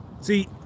See